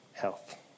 Health